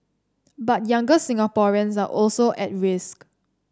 but younger Singaporeans are also at risk